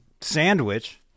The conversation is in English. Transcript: sandwich